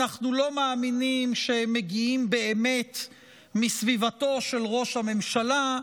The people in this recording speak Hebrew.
אנחנו לא מאמינים שהם מגיעים באמת מסביבתו של ראש הממשלה.